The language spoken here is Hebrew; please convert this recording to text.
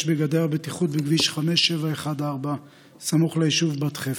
בגדר בטיחות בכביש 5714 סמוך ליישוב בת חפר,